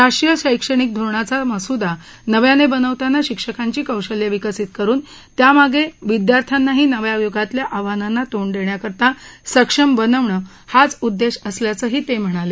राष्ट्रीय शैक्षणिक धोरणाचा मसूदा नव्याने बनवताना शिक्षकांची कौशल्ये विकसित करून त्यामागे विद्यार्थ्यानांही नव्या युगातल्या आव्हानांना तोंड देण्याकरता सक्षम बनवणं हाच उद्देश असल्याचही ते म्हणाले